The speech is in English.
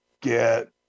get